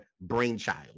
brainchild